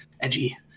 edgy